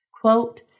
Quote